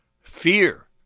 Fear